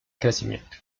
crecimiento